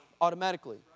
automatically